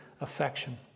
affection